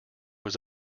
was